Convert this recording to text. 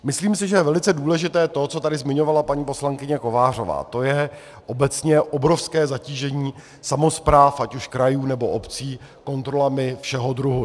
Myslím si, že je velice důležité to, co tady zmiňovala paní poslankyně Kovářová, to je obecně obrovské zatížení samospráv, ať už krajů, nebo obcí, kontrolami všeho druhu.